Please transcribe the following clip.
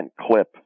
clip